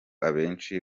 abenshi